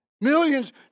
Millions